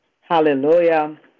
Hallelujah